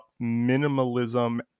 minimalism